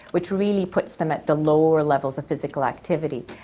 which really puts them at the lower levels of physical activity.